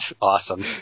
awesome